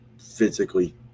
physically